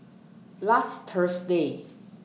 last Thursday